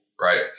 Right